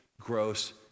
gross